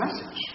message